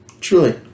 truly